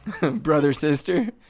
Brother-sister